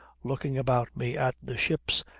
looking about me at the ships,